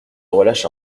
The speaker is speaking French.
relâche